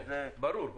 ברור.